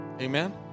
Amen